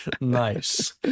nice